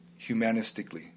humanistically